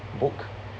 book